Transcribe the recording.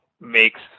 makes